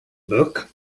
book